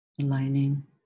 aligning